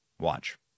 Watch